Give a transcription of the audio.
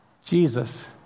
Jesus